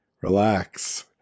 Relax